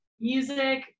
music